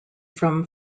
from